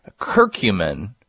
Curcumin